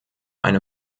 eine